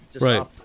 Right